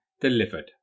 delivered